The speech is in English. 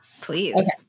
please